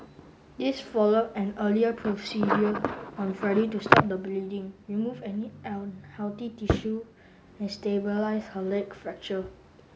this followed an earlier procedure on Friday to stop the bleeding remove any unhealthy tissue and stabilise her leg fracture